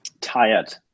tired